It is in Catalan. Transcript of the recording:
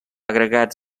agregats